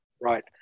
Right